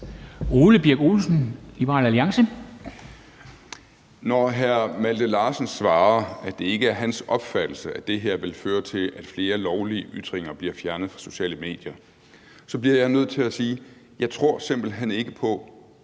Ole Birk Olesen (LA): Når hr. Malte Larsen svarer, at det ikke er hans opfattelse, at det her vil føre til, at flere lovlige ytringer bliver fjernet fra sociale medier, så bliver jeg nødt til at sige: Jeg tror simpelt hen ikke på,